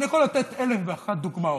אני יכול לתת אלף ואחת דוגמאות.